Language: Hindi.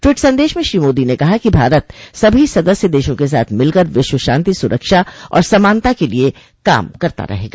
ट्वीट संदेश में श्री मोदी ने कहा कि भारत सभी सदस्य देशों के साथ मिलकर विश्व शांति सुरक्षा और समानता के लिए काम करता रहेगा